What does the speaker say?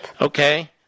Okay